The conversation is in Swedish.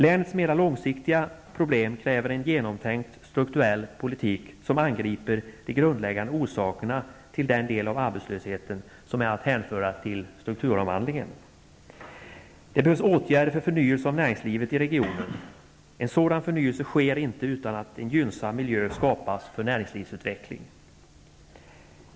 Länets mera långsiktiga problem kräver en genomtänkt strukturell politik som angriper de grundläggande orsakerna till den del av arbetslösheten som är att hänföra till strukturomvandlingen. Det behövs åtgärder för förnyelse av näringslivet i regionen. En sådan förnyelse sker inte utan att en gynnsam miljö skapas för näringslivsutveckling.